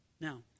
Now